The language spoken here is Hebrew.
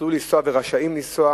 יוכלו לנסוע ורשאים לנסוע,